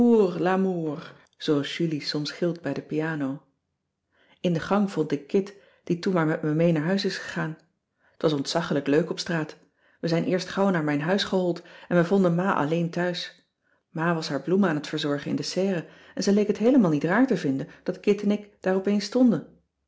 cissy van marxveldt de h b s tijd van joop ter heul in de gang vond ik kit die toen maar met me mee naar huis is gegaan t was ontzaggelijk leuk op straat we zijn eerst gauw naar mijn huis gehold en we vonden ma alleen thuis ma was haar bloemen aan t verzorgen in de serre en ze leek het heelemaal niet raar te vinden dat kit en ik